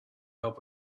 help